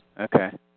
okay